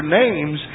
names